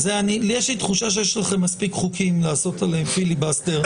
יש לי תחושה שיש לכם מספיק חוקים לעשות עליהם פיליבסטר,